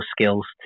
skills